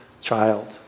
child